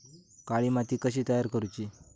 काळी माती कशी तयार करूची?